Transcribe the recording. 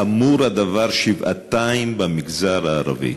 חמור הדבר שבעתיים במגזר הערבי.